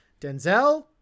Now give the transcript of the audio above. Denzel